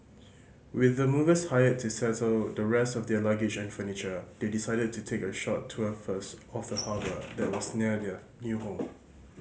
with the movers hired to settle the rest of their luggage and furniture they decided to take a short tour first of the harbour that was near their new home